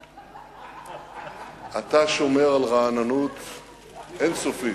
אתה שומר על רעננות אין-סופית.